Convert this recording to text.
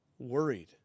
Worried